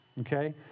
okay